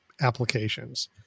applications